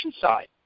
side